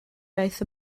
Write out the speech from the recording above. iaith